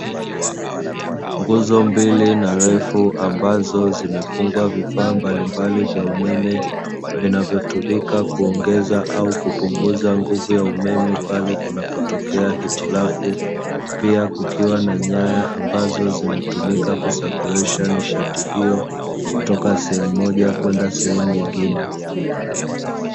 Nguzo mbili na refu ambazo zimefungwa vifaa mbalimbali vya umeme vinavyotumika kuongeza au kupunguza nguvu ya umeme pale kunapotokea hitilafu, pia kukiwa na nyaya ambazo zinatumika kusafirisha nishati hiyo, kutoka sehemu moja kwenda sehemu nyingine.